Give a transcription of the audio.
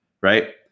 Right